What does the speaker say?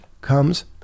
comes